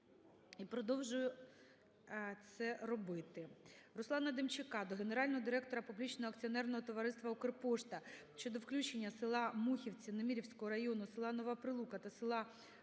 І продовжую це робити.